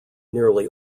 nearly